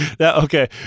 Okay